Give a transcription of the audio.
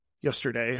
yesterday